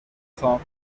خوام